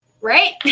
right